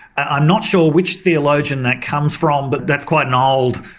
i'm not sure which theologian that comes from, but that's quite an old,